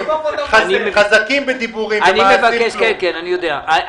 זה מועבר בתוך העברה פנימית ולפי דעתי זה כבר נמצא